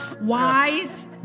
wise